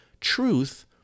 truth